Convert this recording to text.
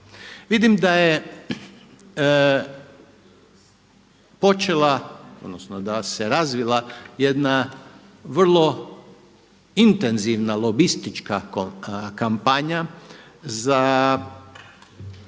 Vidim da je počela odnosno da se razvila jedna vrlo intenzivna lobistička kampanja za